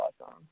awesome